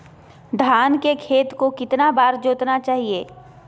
धान के खेत को कितना बार जोतना चाहिए?